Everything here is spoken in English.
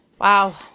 Wow